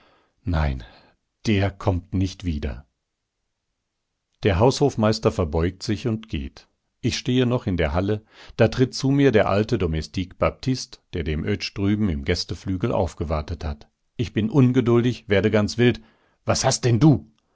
nein der kommt nicht wieder der haushofmeister verbeugt sich und geht ich stehe noch in der halle da tritt zu mir der alte domestik baptist der dem oetsch drüben im gästeflügel aufgewartet hat ich bin ungeduldig werde ganz wild was hast denn du